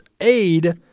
aid